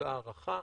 מאותה הערכה.